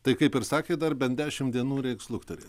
tai kaip ir sakėt dar bent dešimt dienų reiks luktelėt